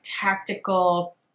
tactical